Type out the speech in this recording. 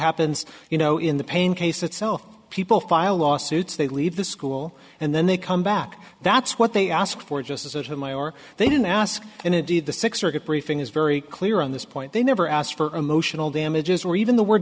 happens you know in the pain case itself people file lawsuits they leave the school and then they come back that's what they ask for just as a my or they don't ask and indeed the six circuit briefing is very clear on this point they never asked for emotional damages or even the word